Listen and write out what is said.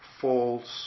false